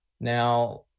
Now